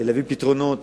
להביא פתרונות